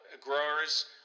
growers